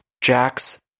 Jax